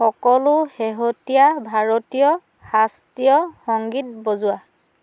সকলো শেহতীয়া ভাৰতীয় শাস্ত্ৰীয় সংগীত বজোৱা